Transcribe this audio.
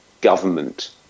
government